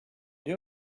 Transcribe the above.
they